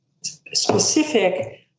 specific